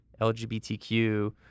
LGBTQ